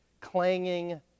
clanging